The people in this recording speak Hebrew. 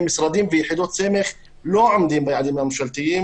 משרדים ויחידות סמך לא עומדים ביעדים הממשלתיים.